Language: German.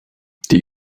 die